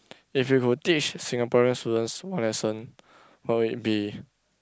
if you could teach Singaporeans to learns one lesson what would it be